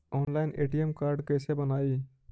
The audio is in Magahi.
ऑनलाइन ए.टी.एम कार्ड कैसे बनाई?